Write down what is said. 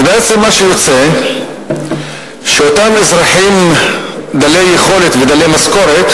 ובעצם מה שיוצא שאותם אזרחים דלי יכולת ודלי משכורת